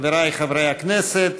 חבריי חברי הכנסת,